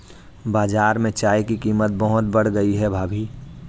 बाजार में चाय की कीमत बहुत बढ़ गई है भाभी